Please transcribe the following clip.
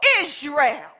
Israel